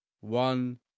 one